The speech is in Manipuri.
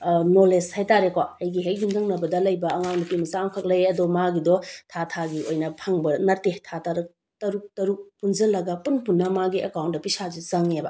ꯅꯦꯂꯦꯖ ꯍꯥꯏꯕ ꯇꯥꯔꯦꯀꯣ ꯑꯩꯒꯤ ꯍꯦꯛ ꯌꯨꯝꯊꯪꯅꯕꯗ ꯂꯩꯕ ꯑꯉꯥꯡ ꯅꯨꯄꯤꯃꯆꯥ ꯑꯃꯈꯪ ꯂꯩꯑꯦ ꯑꯗꯣ ꯃꯥꯒꯤꯗꯣ ꯊꯥ ꯊꯥꯒꯤ ꯑꯣꯏꯅ ꯐꯪꯕ ꯅꯠꯇꯦ ꯊꯥ ꯇꯔꯨꯛ ꯇꯔꯨꯛ ꯇꯔꯨꯛ ꯄꯨꯟꯁꯤꯜꯂꯒ ꯄꯨꯟ ꯄꯨꯟꯅ ꯃꯥꯒꯤ ꯑꯦꯛꯀꯥꯎꯟꯗ ꯄꯩꯁꯥꯁꯦ ꯆꯪꯉꯦꯕ